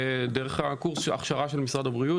דרך קורס הכשרה של משרד הבריאות.